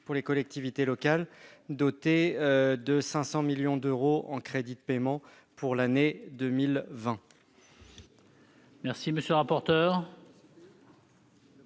pour les collectivités locales, à hauteur de 500 millions d'euros en crédits de paiement pour l'année 2020.